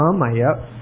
Maya